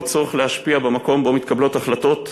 בצורך להשפיע במקום שבו מתקבלות החלטות,